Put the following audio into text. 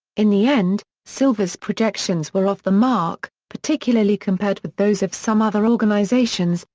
in the end, silver's projections were off the mark, particularly compared with those of some other organizations,